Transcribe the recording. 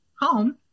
home